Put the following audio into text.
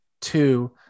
two